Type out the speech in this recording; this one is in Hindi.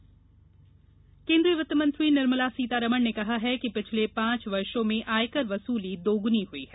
वित्तमंत्री केन्द्रीय वित्तमंत्री निर्मला सीतारमन ने कहा है कि पिछले पांच वर्षो में आयकर वसूली दोगुनी हई है